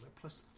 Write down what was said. plus